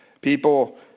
People